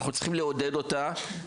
אנחנו צריכים לעודד אותה,